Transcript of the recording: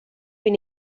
been